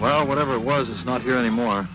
well whatever it was it's not here anymore